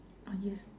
ah yes